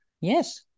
Yes